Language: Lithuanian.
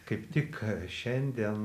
kaip tik šiandien